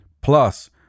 Plus